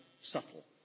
subtle